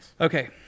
Okay